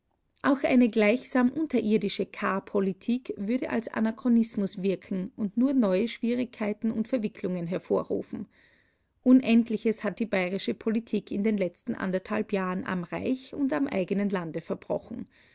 auch eine gleichsam unterirdische kahr-politik würde als anachronismus wirken und nur neue schwierigkeiten und verwicklungen hervorrufen unendliches hat die bayerische politik in den letzten anderthalb jahren am reich und am eigenen lande verbrochen